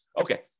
Okay